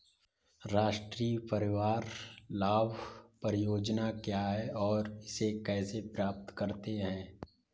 राष्ट्रीय परिवार लाभ परियोजना क्या है और इसे कैसे प्राप्त करते हैं?